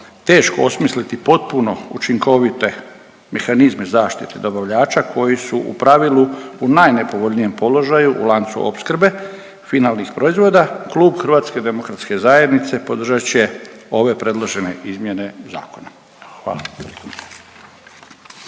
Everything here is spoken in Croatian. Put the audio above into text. teško osmisliti potpuno učinkovite mehanizme zaštite dobavljača koji su u pravilu u najnepovoljnijem položaju u lancu opskrbe finalnih proizvoda Klub HDZ-a podržat će ove predložene izmjene zakona. Hvala.